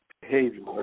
behavior